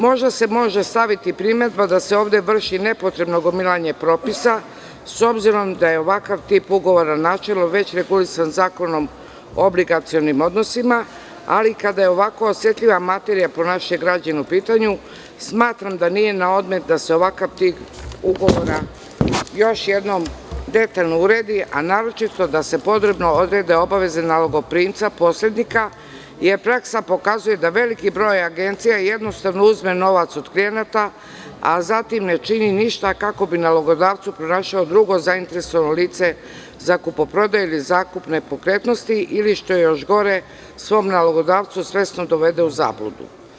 Možda se može staviti primedba da se ovde vrši nepotrebno gomilanje propisa, s obzirom da je ovakav tip ugovora načelno regulisan Zakonom o obligacionim odnosima, ali kada je ovako osetljiva materija po naše građane u pitanju, smatram da nije na odmet da se ovakav tip ugovora još jednom detaljno uredi, a naročito da se podrobno odrede obaveze nalogoprimca posrednika, jer praksa pokazuje da veliki broj agencija jednostavno uzme novac od klijenata, a zatim ne čini ništa kako bi nalogodavcu pronašao drugo zainteresovano lice za kupoprodaju ili zakup nepokretnosti, ili što je još gore, svog nalogodavca svesno dovede u zabludu.